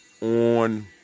on